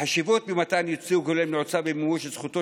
החשיבות במתן ייצוג הולם נעוצה במימוש זכותו